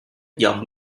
cái